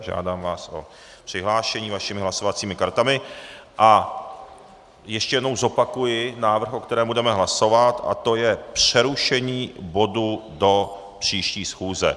Žádám vás o přihlášení vašimi hlasovacími kartami a ještě jednou zopakuji návrh, o kterém budeme hlasovat, a to je přerušení bodu do příští schůze.